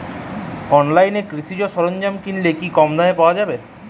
অনলাইনে কৃষিজ সরজ্ঞাম কিনলে কি কমদামে পাওয়া যাবে?